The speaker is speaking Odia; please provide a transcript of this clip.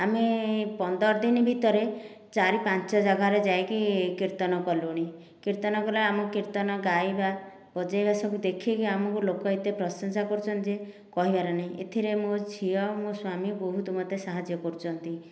ଆମେ ପନ୍ଦର ଦିନ ଭିତରେ ଚାରି ପାଞ୍ଚ ଜାଗାରେ ଯାଇକି କୀର୍ତ୍ତନ କଲୁଣି କୀର୍ତ୍ତନ କଲେ ଆମ କୀର୍ତ୍ତନ ଗାଇବା ବଜାଇବା ସବୁ ଦେଖିକି ଆମକୁ ଲୋକ ଏତେ ପ୍ରଶଂସା କରୁଛନ୍ତି ଯେ କହିବାର ନାହିଁ ଏଥିରେ ମୋ ଝିଅ ମୋ ସ୍ୱାମୀ ବହୁତ ମୋତେ ସାହାଯ୍ୟ କରୁଛନ୍ତି